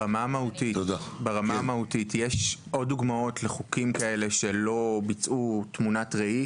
ברמה המהותית יש עוד דוגמאות לחוקים כאלה שלא ביצעו תמונת ראי?